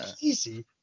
Easy